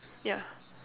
yeah